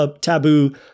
taboo